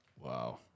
Wow